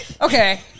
okay